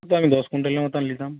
আমি দশ কুইন্টালের মতন নিতাম